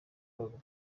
pogba